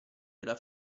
della